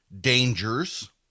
dangers